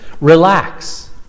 relax